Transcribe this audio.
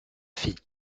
fit